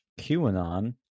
QAnon